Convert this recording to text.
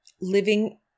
living